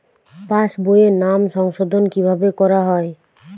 পাশ বইয়ে নাম সংশোধন কিভাবে করা হয়?